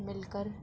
مل کر